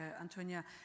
Antonia